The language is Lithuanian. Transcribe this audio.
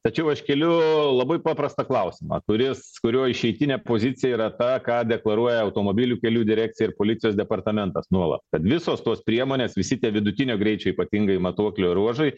tačiau aš keliu labai paprastą klausimą kuris kurio išeitinė pozicija yra ta ką deklaruoja automobilių kelių direkcija ir policijos departamentas nuolat kad visos tos priemonės visi tie vidutinio greičio ypatingai matuoklio ruožai